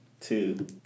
two